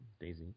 daisy